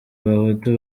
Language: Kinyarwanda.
abahutu